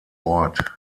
ort